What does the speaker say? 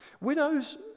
widows